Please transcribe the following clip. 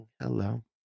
hello